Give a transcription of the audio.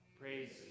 Praise